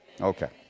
Okay